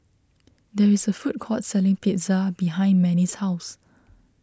there is a food court selling Pizza behind Manie's house